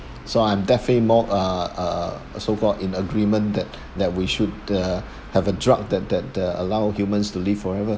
so I'm definitely more uh uh so-called in agreement that that we should uh have a drug that that uh allow humans to live forever